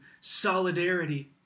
solidarity